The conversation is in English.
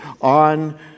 on